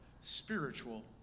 spiritual